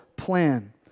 Plan